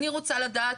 אני רוצה לדעת,